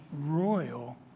royal